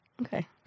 Okay